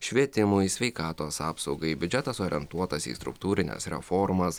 švietimui sveikatos apsaugai biudžetas orientuotas į struktūrines reformas